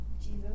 Jesus